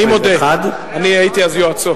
אני מודה, אני הייתי אז יועצו.